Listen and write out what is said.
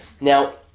Now